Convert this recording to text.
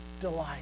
delight